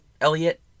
Elliot